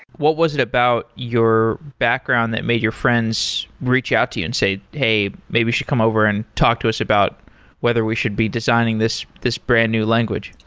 what was it about your background that made your friends reach out to you and say, hey, maybe you should come over and talk to us about whether we should be designing this this brand new language.